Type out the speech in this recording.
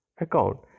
account